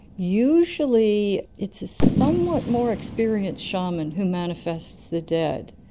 usually it's a somewhat more experienced shaman who manifests the dead,